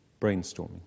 Brainstorming